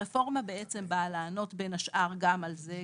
הרפורמה באה לענות בין השאר גם על זה,